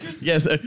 Yes